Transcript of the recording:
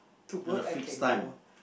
and a fixed time